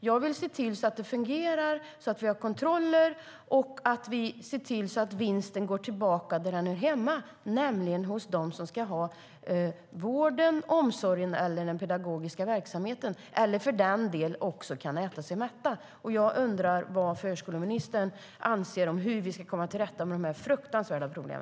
Jag vill se till att det fungerar, att vi har kontroller och att vi ser till att vinsten går tillbaka dit den hör hemma, nämligen till dem som ska ha vården, till omsorgen och den pedagogiska verksamheten eller för den delen så att man ska kunna äta sig mätt. Jag undrar hur förskoleministern anser att vi ska komma till rätta med dessa fruktansvärda problem.